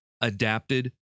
adapted